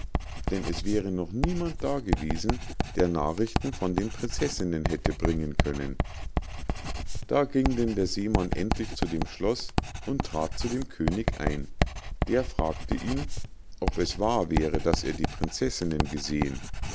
denn es wäre noch niemand da gewesen der nachrichten von den prinzessinnen hätte bringen können da ging denn der seemann endlich zu dem schloß und trat zu dem könig ein der fragte ihn ob es wahr wäre daß er die prinzessinnen gesehen